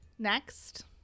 next